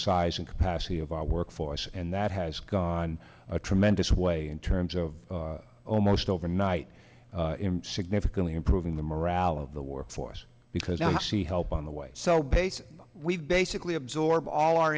size and capacity of our workforce and that has gone a tremendous way in terms of almost overnight in significantly improving the morale of the workforce because i see help on the way so basically we've basically absorbed all our